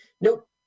Nope